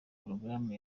porogaramu